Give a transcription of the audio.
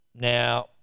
Now